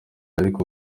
ariko